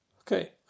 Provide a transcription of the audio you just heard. Okay